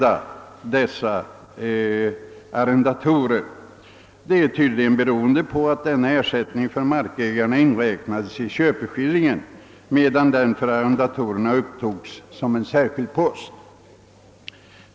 Anledningen till skillnaden i taxeringshänseende är tydligen att ersättningen för markägarna inräknades i köpeskillingen medan den för arrendatorerna upptogs som en särskild post.